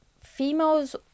females